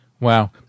Wow